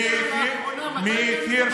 היית